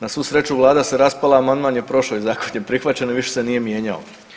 Na svu sreću vlada se raspala, amandman je prošao i zakon je prihvaćen i više se nije mijenjao.